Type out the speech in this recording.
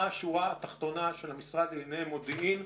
מה השורה התחתונה של המשרד לענייני מודיעין,